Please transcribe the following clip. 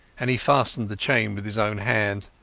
and he fastened the chain with his own hand.